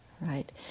Right